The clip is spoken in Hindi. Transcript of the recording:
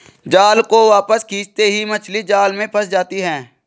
जाल को वापस खींचते ही मछली जाल में फंस जाती है